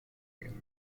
bildung